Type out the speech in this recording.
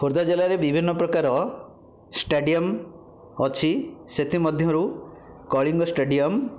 ଖୋର୍ଦ୍ଧା ଜିଲ୍ଲାରେ ବିଭିନ୍ନ ପ୍ରକାର ଷ୍ଟାଡ଼ିୟମ୍ ଅଛି ସେଥିମଧ୍ୟରୁ କଳିଙ୍ଗ ଷ୍ଟାଡ଼ିୟମ୍